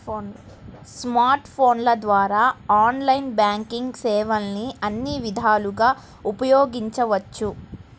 smart ఫోన్ల ద్వారా online banking సేవల్ని అన్ని విధాలుగా ఉపయోగించవచ్చు